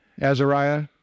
Azariah